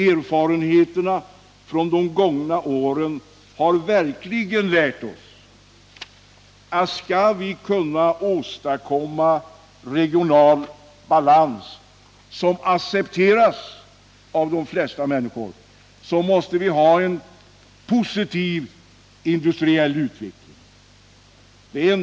Erfarenheterna från de gångna åren har verkligen lärt oss att om vi skall kunna åstadkomma en regional balans som accepteras av de flesta människor, så måste vi ha en positiv industriell utveckling.